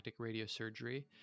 radiosurgery